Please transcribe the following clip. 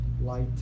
light